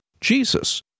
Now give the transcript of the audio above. Jesus